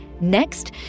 Next